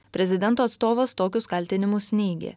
prezidento atstovas tokius kaltinimus neigė